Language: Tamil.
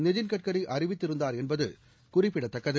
நிதின் கட்காரிஅறிவித்திருந்தார் என்பதுகுறிப்பிடத்தக்கது